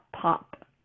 pop